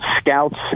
scouts